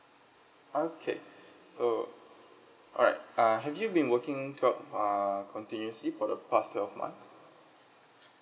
okay so alright uh have you been working twelve err continuously for the past twelve months